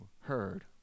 heard